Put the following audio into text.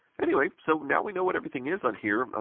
anyway, so now we know what everything is on here, ah